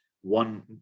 one